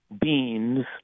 beans